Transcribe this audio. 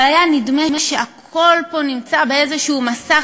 אבל היה נדמה שהכול פה נמצא באיזה מסך